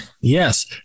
Yes